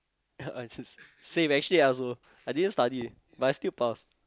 same actually ya so I didn't study but I still pass